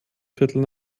viertel